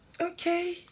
Okay